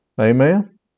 Amen